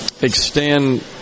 extend